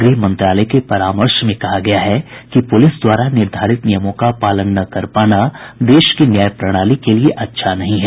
गृह मंत्रालय के परामर्श में कहा गया है कि पुलिस द्वारा निर्धारित नियमों का पालन न कर पाना देश की न्याय प्रणाली के लिए अच्छा नहीं है